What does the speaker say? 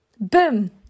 boom